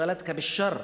שָעַ'לַתְּכַּ בִּאל-שַּר.